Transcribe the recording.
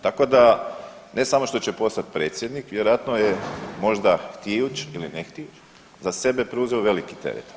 Tako da ne samo što će postati predsjednik vjerojatno je možda htijuć ili ne htijuć za sebe preuzeo veliki teret.